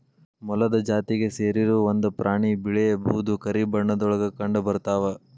ಮೊಲದ ಜಾತಿಗೆ ಸೇರಿರು ಒಂದ ಪ್ರಾಣಿ ಬಿಳೇ ಬೂದು ಕರಿ ಬಣ್ಣದೊಳಗ ಕಂಡಬರತಾವ